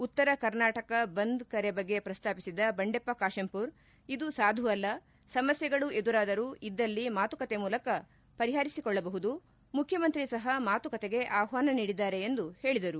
ಉತ್ತರ ಕರ್ನಾಟಕ ಬಂದ್ ಕರೆ ಬಗ್ಗೆ ಪ್ರಸ್ತಾಪಿಸಿದ ಬಂಡೆಪ್ಪ ಕಾಶಂಪೂರ್ ಇದು ಸಾಧುವಲ್ಲ ಸಮಸ್ಯೆಗಳು ಏನಾದರೂ ಇದ್ದಲ್ಲಿ ಮಾತುಕತೆ ಮೂಲಕ ಪರಿಹರಿಸಿಕೊಳ್ಳಬಹುದು ಮುಖ್ಯಮಂತ್ರಿ ಸಹ ಮಾತುಕತೆಗೆ ಆಷ್ಟಾನ ನೀಡಿದ್ದಾರೆ ಎಂದು ಹೇಳಿದರು